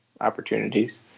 opportunities